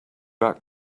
back